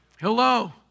Hello